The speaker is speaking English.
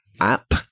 app